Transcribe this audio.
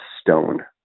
stone